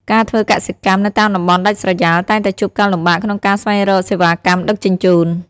ការធ្វើកសិកម្មនៅតាមតំបន់ដាច់ស្រយាលតែងតែជួបការលំបាកក្នុងការស្វែងរកសេវាកម្មដឹកជញ្ជូន។